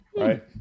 right